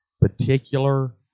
particular